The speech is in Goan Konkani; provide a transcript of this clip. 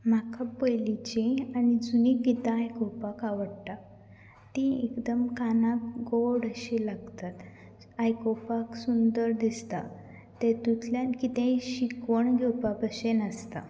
म्हाका पयलींची आनी जुनीं गितां आयकोपाक आवडटात ती एकदम कानाक गोड अशी लागतात आयकोपाक सुंदर दिसता तेतुल्यान कितेंय शिकवण घेवपा अशें नासता